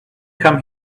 come